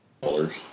colors